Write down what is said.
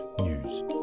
news